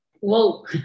whoa